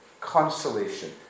consolation